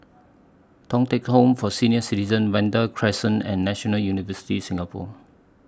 Thong Teck Home For Senior Citizens Vanda Crescent and National University Singapore